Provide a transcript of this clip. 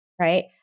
right